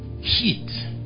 heat